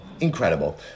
Incredible